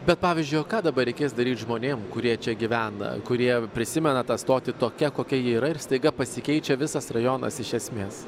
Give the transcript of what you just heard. bet pavyzdžiui o ką dabar reikės daryt žmonėm kurie čia gyvena kurie prisimena tą stotį tokia kokia ji yra ir staiga pasikeičia visas rajonas iš esmės